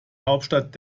hauptstadt